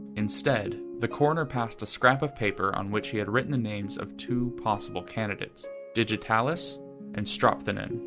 instead, the coroner passed a scrap of paper on which he had written the names of two possible candidates digitalis and strophanthin.